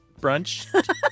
Brunch